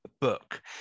book